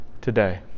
today